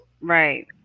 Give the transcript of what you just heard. right